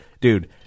dude